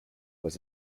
was